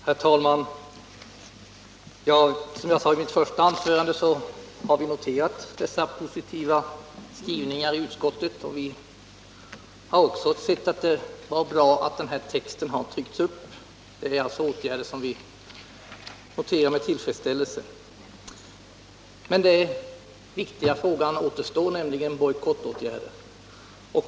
Herr talman! Som jag sade i mitt första anförande har vi noterat utskottets positiva skrivning och anser också att det är bra att den här texten blivit tryckt. Det är alltså åtgärder som vi noterar med tillfredsställelse. Den viktiga frågan om bojkottåtgärder återstår emellertid.